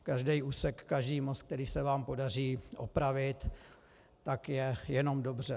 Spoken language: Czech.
Každý úsek, každý most, který se vám podaří opravit, je jenom dobře.